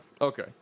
Okay